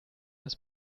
ist